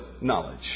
knowledge